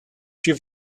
się